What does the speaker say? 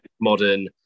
modern